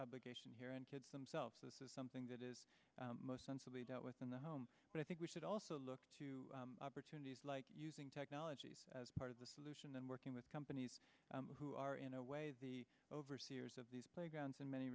obligation here and kids themselves this is something that is most sensibly that within the home but i think we should also look to opportunities using technology as part of the solution and working with companies who are in a way the overseers of these playgrounds in many